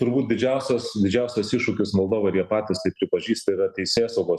turbūt didžiausias didžiausias iššūkis moldovai ir jie patys tai pripažįsta yra teisėsaugos